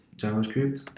javascript